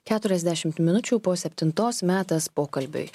keturiasdešimt minučių po septintos metas pokalbiui